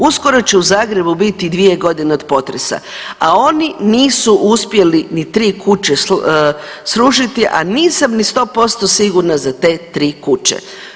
Uskoro će u Zagrebu biti 2 godine od potresa, a oni nisu uspjeli ni 3 kuće srušiti, a nisam ni 100% sigurna ni za te 3 kuće.